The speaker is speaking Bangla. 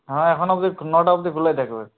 হ্যাঁ এখনো অবধি নটা অবধি খোলাই থাকবে